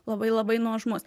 labai labai nuožmus